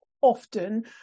often